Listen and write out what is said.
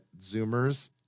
Zoomers